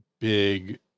big